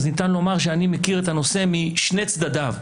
ניתן לומר שאני מכיר את הנושא משני צדדיו.